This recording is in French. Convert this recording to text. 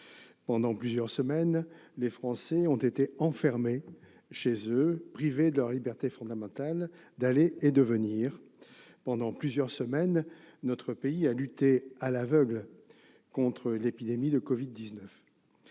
Pendant plusieurs semaines, les Français ont été enfermés chez eux, privés de leur liberté fondamentale d'aller et de venir. Pendant plusieurs semaines, notre pays a lutté, à l'aveugle, contre l'épidémie de Covid-19.